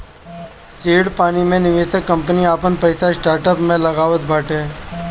seed money मे निवेशक company आपन पईसा स्टार्टअप में लगावत बाटे